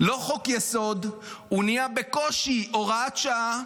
לא חוק-יסוד, הוא נהיה בקושי הוראת שעה.